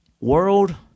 World